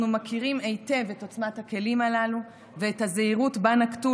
אנחנו מכירים היטב את עוצמת הכלים הללו ואת הזהירות שנקטו,